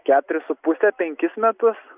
keturis su puse penkis metus